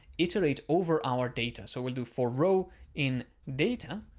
iterate over our data. so we'll do for row in data.